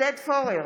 עודד פורר,